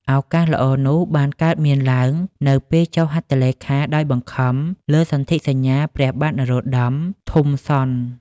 ឱកាសល្អនោះបានកើតមានឡើងនៅពេលចុះហត្ថលេខាដោយបង្ខំលើសន្ធិសញ្ញាព្រះបាទនរោត្តម ថុំសុន។